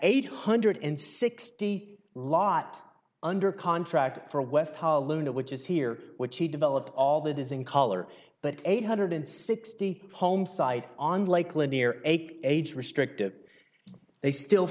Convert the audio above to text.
eight hundred and sixty lot under contract for west holland which is here which he developed all that is in color but eight hundred and sixty homesite on lake lanier eight age restrictive they still